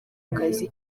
akazi